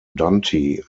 dante